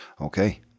Okay